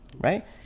right